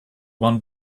one